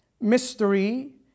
Mystery